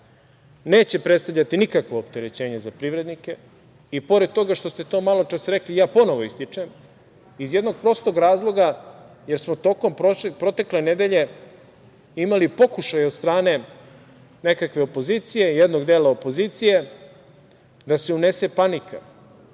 neće predstavljati nikakvo opterećenje za privrednike. Pored toga što ste to malo pre rekli, ja ponovo ističem, iz jednog prostog razloga jer smo tokom protekle nedelje imali pokušaj od strane nekakve opozicije, jednog dela opozicije da se unese panika